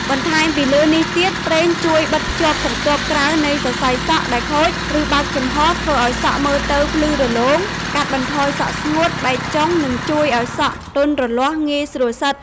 បន្ថែមពីលើនេះទៀត ប្រេងជួយបិទភ្ជាប់ស្រទាប់ក្រៅនៃសរសៃសក់ដែលខូច ឬបើកចំហ ធ្វើឲ្យសក់មើលទៅភ្លឺរលោង កាត់បន្ថយសក់ស្ងួត បែកចុង និងជួយឲ្យសក់ទន់រលាស់ ងាយស្រួលសិត។